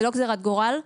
זה לא גזירת גורל.